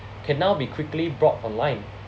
can now be quickly brought online